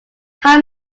how